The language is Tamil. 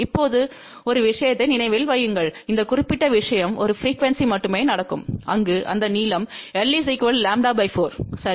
இப்போது ஒரு விஷயத்தை நினைவில் வையுங்கள் இந்த குறிப்பிட்ட விஷயம் ஒரு ப்ரீக்குவெண்ஸி மட்டுமே நடக்கும் அங்கு இந்த நீளம் l λ4 சரி